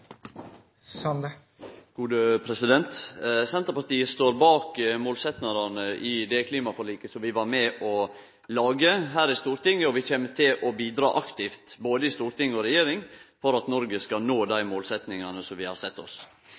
Senterpartiet står bak målsetjingane i det klimaforliket som vi var med på å lage her i Stortinget, og vi kjem til å bidra aktivt i både storting og regjering for at Noreg skal nå dei målsetjingane som vi har sett oss.